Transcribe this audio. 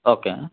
okay